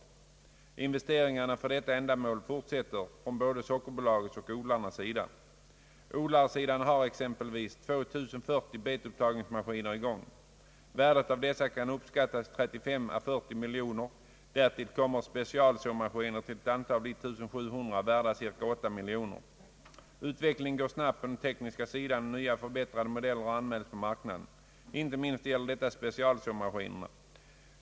Investeringarna för detta ändamål fortsätter från både sockerbolagets och odlarnas sida. Odlarsidan har exempelvis 2040 betupptagningsmaskiner i gång. Värdet av dessa kan uppskattas till 35 å 40 milj.kr. Därtill kommer specialsåma skiner till ett antal av 1700 värda ca 8 milj.kr. Utvecklingen går snabbt på den tekniska sidan, och nya förbättrade modeller har anmälts på marknaden. Inte minst gäller detta specialsåmaskinerna.